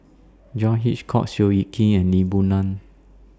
John Hitchcock Seow Yit Kin and Lee Boon Ngan